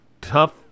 tough